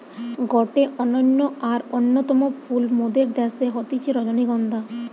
গটে অনন্য আর অন্যতম ফুল মোদের দ্যাশে হতিছে রজনীগন্ধা